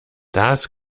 das